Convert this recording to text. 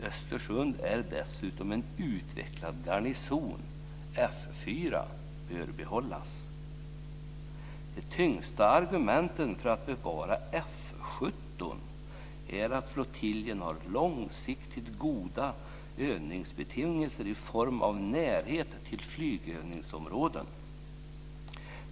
Östersund har dessutom en utvecklad garnison. F 4 bör behållas, skriver man. De tyngsta argument man har för att bevara F 17 är att flottiljen har långsiktigt goda övningsbetingelser i form av närhet till flygövningsområden.